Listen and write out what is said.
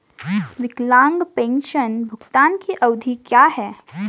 विकलांग पेंशन भुगतान की अवधि क्या है?